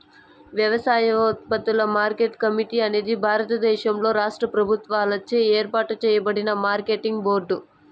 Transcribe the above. వ్యవసాయోత్పత్తుల market committee అనేది భారతదేశంలోని రాష్ట్ర ప్రభుత్వాలచే ఏర్పాటు చేయబడిన మార్కెటింగ్ బోర్డు